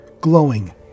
glowing